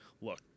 look